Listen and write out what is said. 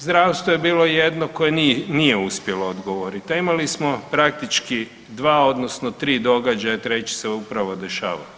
Zdravstvo je bilo jedno koje nije uspjelo odgovoriti, a imali smo praktički dva odnosno tri događaja, treći se upravo dešava.